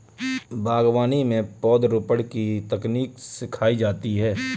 बागवानी में पौधरोपण की तकनीक सिखाई जाती है